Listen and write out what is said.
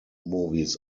movies